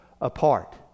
apart